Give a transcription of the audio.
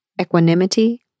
equanimity